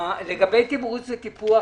לגבי תמרוץ וטיפוח,